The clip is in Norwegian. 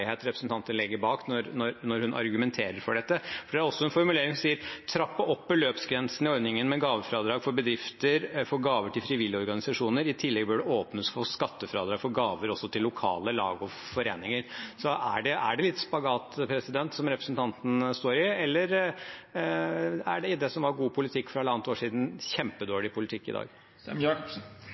representanten legger bak når hun argumenterer for dette, for det er også en formulering hvor det står: «Senterpartiet vil: Trappe opp beløpsgrensen i ordningen med gavefradrag for bedrifter for gaver til frivillige organisasjoner. I tillegg bør det åpnes for skattefradrag for gaver også til lokale lag og foreninger.» Er det da slik at representanten står litt i spagat, eller er det som var god politikk for halvannet år siden, kjempedårlig politikk i dag?